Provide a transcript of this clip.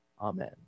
Amen